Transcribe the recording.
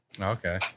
Okay